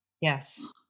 yes